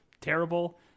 terrible